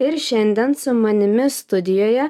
ir šiandien su manimi studijoje